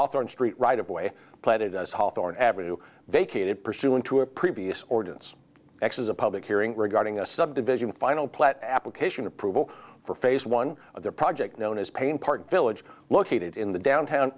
hawthorne street right of way planted as hawthorn avenue vacated pursuant to a previous ordinance xs a public hearing regarding a subdivision final application approval for phase one of the project known as payne park village located in the downtown